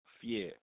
fear